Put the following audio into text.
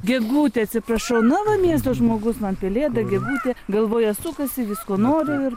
gegutė atsiprašau na va miesto žmogus man pelėda gegutė galvoje sukasi visko noriu ir